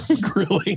grilling